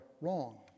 wrong